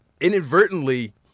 inadvertently